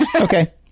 Okay